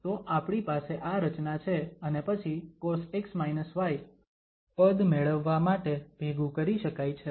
તો આપણી પાસે આ રચના છે અને પછી cos પદ મેળવવા માટે ભેગું કરી શકાય છે